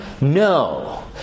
No